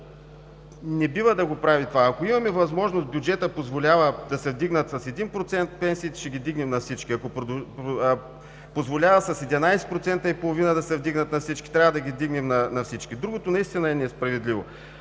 Не бива да правим това! Ако имаме възможност, ако бюджетът позволява да се вдигнат с 1% пенсиите, ще ги вдигнем на всички. Ако позволява с 11,5% да се вдигнат на всички, трябва да ги вдигнем на всички. Другото наистина е несправедливо.